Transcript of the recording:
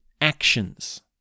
actions